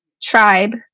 tribe